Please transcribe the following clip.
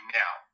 now